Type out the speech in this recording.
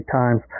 times